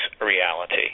reality